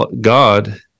God